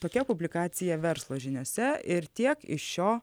tokia publikacija verslo žiniose ir tiek iš šio